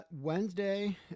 Wednesday